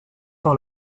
for